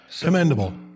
commendable